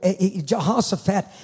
Jehoshaphat